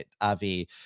Avi